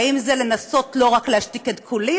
האם זה לנסות לא רק להשתיק את קולי?